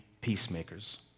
peacemakers